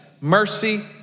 mercy